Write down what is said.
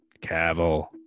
Cavill